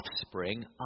offspring